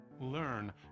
Learn